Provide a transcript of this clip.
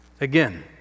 Again